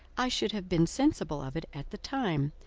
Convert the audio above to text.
i should have been sensible of it at the time,